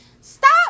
Stop